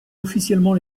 officiellement